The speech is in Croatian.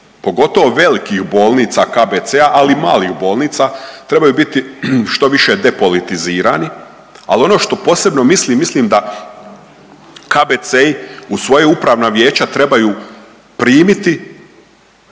pogotovo velikih bolnica KBC-a ali i malih bolnica trebaju biti što više depolitizirani, ali ono što posebno mislim, mislim da KBC-i u svoja upravna vijeća trebaju primiti